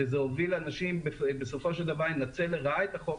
שזה הוביל אנשים בסופו של דבר לנצל לרעה את החוק,